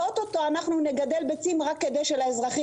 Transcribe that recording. ואוטוטו אנחנו נגדל ביצים רק כדי שלאזרחים